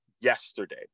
yesterday